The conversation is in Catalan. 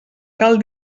cal